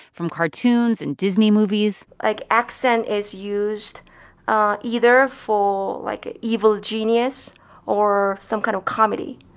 from cartoons and disney movies like accent is used ah either for like a evil genius or some kind of comedy,